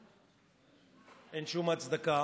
אין שום הצדקה